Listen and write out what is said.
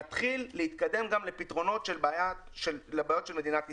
נתחיל להתקדם גם לפתרונות של הבעיות של מדינת ישראל.